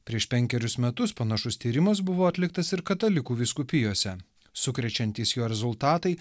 prieš penkerius metus panašus tyrimas buvo atliktas ir katalikų vyskupijose sukrečiantys jo rezultatai